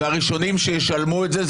והראשונים שישלמו את זה,